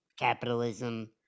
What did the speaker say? capitalism